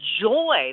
joy